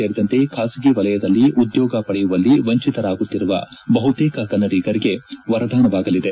ಸೇರಿದಂತೆ ಬಾಸಗಿ ವಲಯದಲ್ಲಿ ಉದ್ಯೋಗ ಪಡೆಯುವಲ್ಲಿ ವಂಚಿತರಾಗುತ್ತಿರುವ ಬಹುತೇಕ ಕನ್ನಡಿಗರಿಗೆ ವರದಾನವಾಗಲಿದೆ